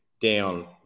down